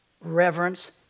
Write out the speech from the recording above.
reverence